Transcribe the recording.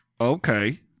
Okay